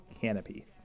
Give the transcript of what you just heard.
Canopy